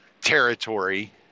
territory